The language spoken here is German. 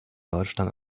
deutschland